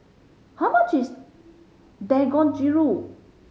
how much is Dangojiru